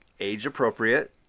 age-appropriate